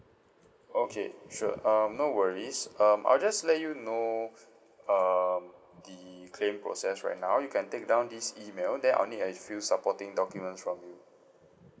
okay sure um no worries um I'll just let you know um the claim process right now you can take down this email then I'll need a few supporting documents from you